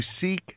seek